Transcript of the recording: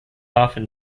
often